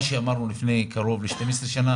מה שאמרנו לפני קרוב ל-12 שנה,